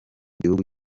gihugu